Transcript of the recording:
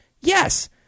Yes